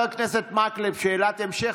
חבר הכנסת מקלב, שאלת המשך.